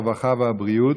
הרווחה והבריאות.